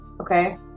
okay